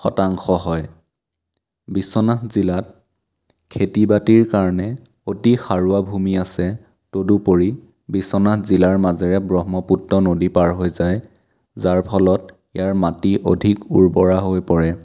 শতাংশ হয় বিশ্বনাথ জিলাত খেতি বাতিৰ কাৰণে অতি সাৰুৱা ভূমি আছে তদুপৰি বিশ্বনাথ জিলাৰ মাজেৰে ব্ৰহ্মপুত্ৰ নদী পাৰ হৈ যায় যাৰ ফলত ইয়াৰ মাটি অধিক উৰ্বৰা হৈ পৰে